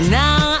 now